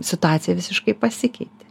situacija visiškai pasikeitė